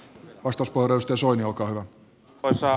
arvoisa herra puhemies